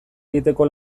egiteko